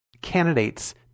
candidates